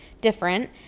different